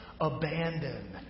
abandon